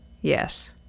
Yes